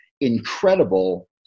incredible